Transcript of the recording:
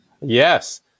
Yes